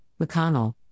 McConnell